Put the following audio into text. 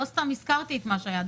לא סתם הזכרתי את מה שהיה.